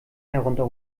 herunter